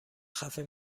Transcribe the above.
خفه